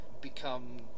become